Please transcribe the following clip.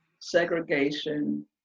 segregation